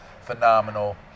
phenomenal